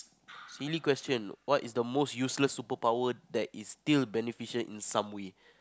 silly question what is the most useless superpower that is still beneficial in some way